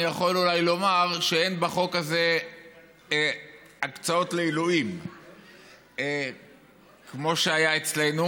אני יכול אולי לומר שאין בחוק הזה הקצאות לעילויים כמו שהיה אצלנו,